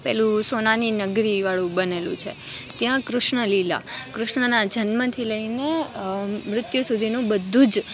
પેલું સોનાની નગરીવાળું બનેલું છે ત્યાં કૃષ્ણલીલા કૃષ્ણના જન્મથી લઈને મૃત્યુ સુધીનું બધું જ